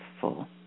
full